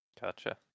Gotcha